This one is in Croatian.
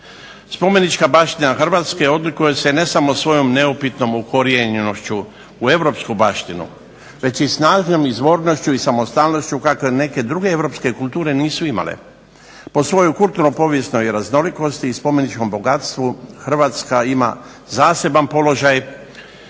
Spomenička baština Hrvatske odlikuje se ne samo svojom neupitnom ukorijenjenošću u europsku baštinu već i snažnom izvornošću i samostalnošću kako neke druge europske kulture nisu imale. Po svojoj kulturno-povijesnoj raznolikosti i spomeničkom bogatstvu Hrvatska ima zaseban položaj